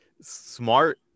smart